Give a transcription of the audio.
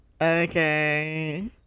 Okay